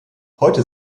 heute